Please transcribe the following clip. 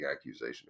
accusation